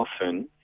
often